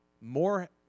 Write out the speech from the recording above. more